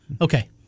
Okay